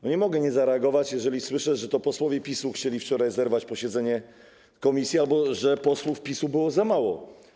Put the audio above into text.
Nie mogę nie zareagować, jeżeli słyszę, że to posłowie PiS-u chcieli wczoraj zerwać posiedzenie komisji albo że posłów PiS-u było za mało.